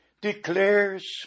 declares